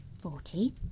Forty